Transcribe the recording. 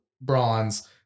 bronze